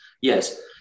yes